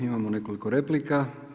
Imamo nekoliko replika.